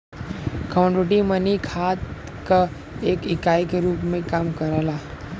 commodity money खात क एक इकाई के रूप में काम करला